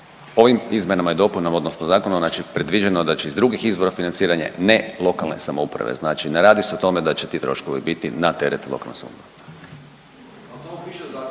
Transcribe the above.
ovim izmjenama i dopunama zakona predviđeno je da će iz drugih financiranja ne lokalne samouprave, znači ne radi se o tome da će ti troškovi biti na teret lokalne samouprave.